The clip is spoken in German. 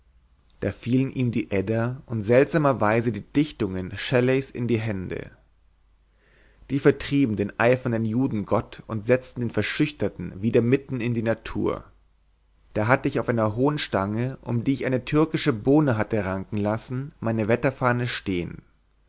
da fielen ihm die edda und seltsamer weise die dichtungen shelleys in die hände die vertrieben den eifernden judengott und setzten den verschüchterten wieder mitten in die natur da hatte ich auf einer hohen stange um die ich eine türkische bohne hatte ranken lassen meine wetterfahne stehen